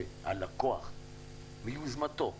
שהלקוח רוכש ביוזמתו,